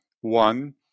One